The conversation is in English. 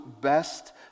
best